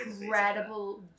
incredible